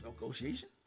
negotiation